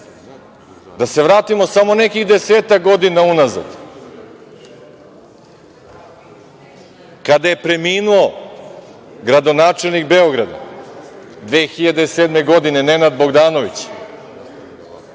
Da se vratimo samo nekih desetak godina unazad. Kada je preminuo gradonačelnik Beograda 2007. godine Nenad Bogdanović,